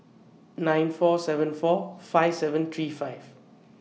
nine four seven four five seven three five